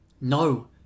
No